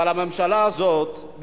אבל הממשלה הזאת,